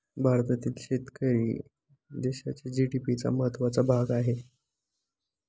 भारतातील शेतकरी देशाच्या जी.डी.पी चा महत्वपूर्ण भाग आहे